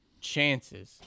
chances